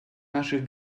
наших